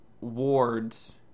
wards